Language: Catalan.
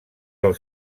del